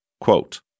quote